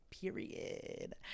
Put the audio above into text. period